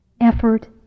effort